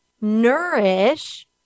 nourish